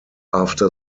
after